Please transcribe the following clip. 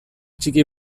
txiki